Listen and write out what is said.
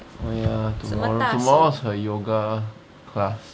oh ya tomorrow is her yoga class